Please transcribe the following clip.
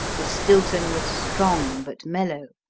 the stilton was strong but mellow,